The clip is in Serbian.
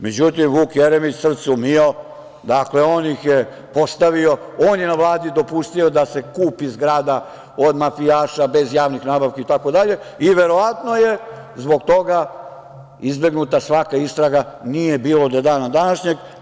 Međutim, Vuk Jeremić, srcu mio, dakle, on ih je postavio, on je na Vladi dopustio da se kupi zgrada od mafijaša bez javnih nabavki itd. i verovatno je zbog toga izbegnuta svaka istraga, nije bila do dana današnjeg.